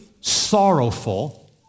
sorrowful